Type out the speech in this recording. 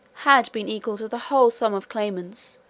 had been equal to the whole sum of claimants,